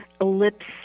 ellipse